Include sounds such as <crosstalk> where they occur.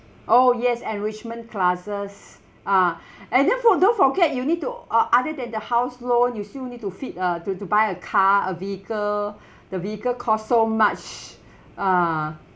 oh yes enrichment classes ah <breath> and therefore don't forget you need to uh other than the house loan you still need to feed a to to buy a car a vehicle <breath> the vehicle costs so much ah